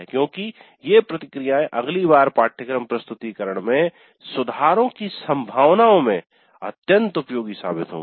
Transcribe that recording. क्योंकि ये प्रतिक्रियाए अगली बार पाठ्यक्रम प्रस्तुतीकरण में सुधारों की संभावनाओं में अत्यंत उपयोगी साबित होगी